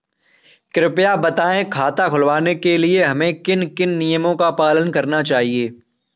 कृपया बताएँ खाता खुलवाने के लिए हमें किन किन नियमों का पालन करना चाहिए?